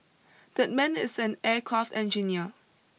that man is an aircraft engineer